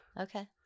Okay